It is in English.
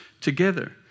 together